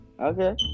Okay